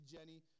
Jenny